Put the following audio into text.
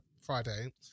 Friday